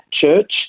church